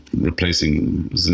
replacing